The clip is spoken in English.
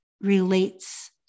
relates